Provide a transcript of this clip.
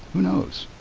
who knows